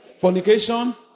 fornication